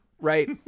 right